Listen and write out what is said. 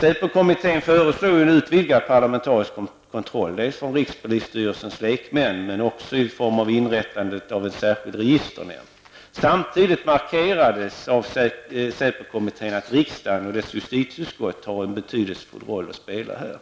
SÄPO-kommittén föreslog en utvidgad parlamentarisk kontroll, dels genom rikspolisstyrelsens lekmän, dels i form av inrättande av en särskild registernämnd. Samtidigt markerades av SÄPO-kommittén att riksdagen och dess justitieutskott har en betydelsefull roll att spela här.